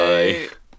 Bye